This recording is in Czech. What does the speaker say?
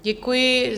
Děkuji.